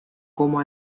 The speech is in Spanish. como